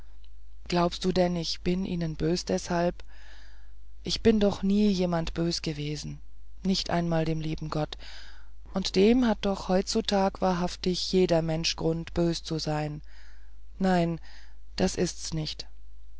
glaubst du denn ich bin ihnen bös deshalb ich bin noch nie jemand bös gewesen nicht einmal dem lieben gott und dem hat doch heutzutag wahrhaftig jeder mensch grund böse zu sein nein das ist's nicht